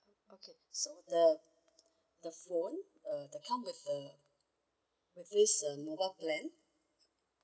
okay so the the phone uh the come with uh with this uh mobile plan